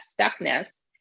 stuckness